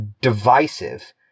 divisive